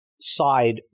side